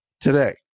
today